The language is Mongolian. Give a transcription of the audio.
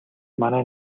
манай